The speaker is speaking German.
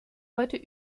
heute